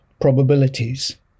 probabilities